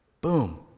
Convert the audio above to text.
Boom